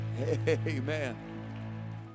Amen